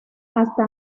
hasta